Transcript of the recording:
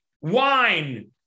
wine